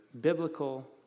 biblical